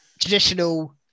traditional